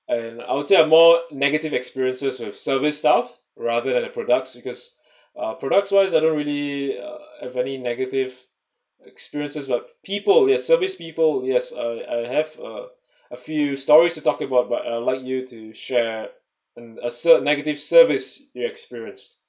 and I would say are more negative experiences with service staff rather than uh products because uh products wise I don't really have any negative experiences but people the service people yes oh I have a a few stories to talk about but uh let you to share and assert negative service you experienced